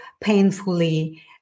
painfully